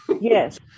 Yes